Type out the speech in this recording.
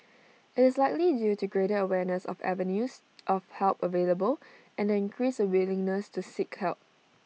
IT is likely due to greater awareness of avenues of help available and the increased willingness to seek help